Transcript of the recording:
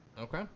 Okay